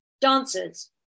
dancers